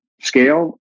scale